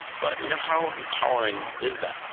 but you know how empowering is that?